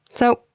so,